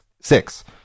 Six